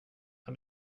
här